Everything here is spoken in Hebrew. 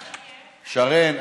שרן,